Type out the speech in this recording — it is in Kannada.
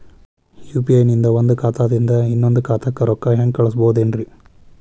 ಯು.ಪಿ.ಐ ನಿಂದ ಒಂದ್ ಖಾತಾದಿಂದ ಇನ್ನೊಂದು ಖಾತಾಕ್ಕ ರೊಕ್ಕ ಹೆಂಗ್ ಕಳಸ್ಬೋದೇನ್ರಿ?